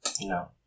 No